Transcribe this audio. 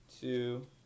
two